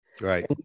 Right